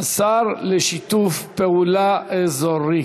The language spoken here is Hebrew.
השר לשיתוף פעולה אזורי.